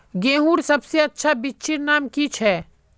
गेहूँर सबसे अच्छा बिच्चीर नाम की छे?